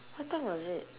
what time was it